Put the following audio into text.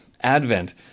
Advent